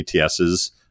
ATS's